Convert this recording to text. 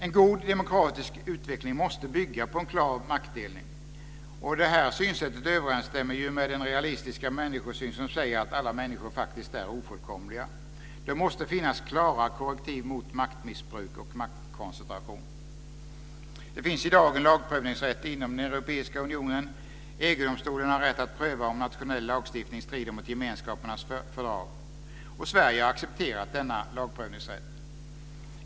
En god demokratisk utveckling måste bygga på en klar maktdelning. Detta synsätt överensstämmer med den realistiska människosyn som säger att alla människor är ofullkomliga. Det måste finnas klara korrektiv mot maktmissbruk och maktkoncentration. Det finns i dag en lagprövningsrätt inom den europeiska unionen. EG-domstolen har rätt att pröva om nationell lagstiftning strider mot gemenskapernas fördrag. Sverige har accepterat denna lagprövningsrätt.